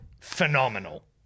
phenomenal